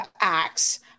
Acts